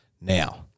Now